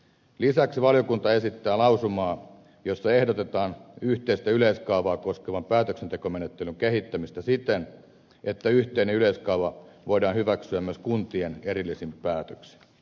lisäksi valiokunta esittää lausumaa jossa ehdotetaan yhteistä yleiskaavaa koskevan päätöksentekomenettelyn kehittämistä siten että yhteinen yleiskaava voidaan hyväksyä myös kuntien erillisin päätöksin